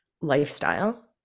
lifestyle